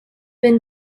been